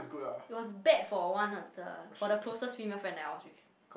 it was bad for one of the for the closest female friend that I was with